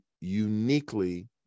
uniquely